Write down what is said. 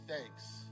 thanks